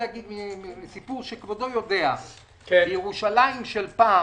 מסיפור שכבודו יודע - בירושלים של פעם